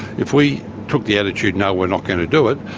if we took the attitude no, we're not going to do it,